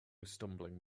stumbling